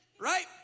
Right